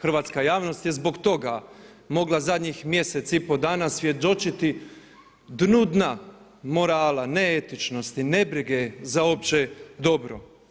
Hrvatska javnost je zbog toga mogla zadnjih mjesec i pol dana svjedočiti dnu dna morala, neetičnosti, nebrige za opće dobro.